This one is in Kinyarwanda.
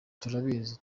turabizi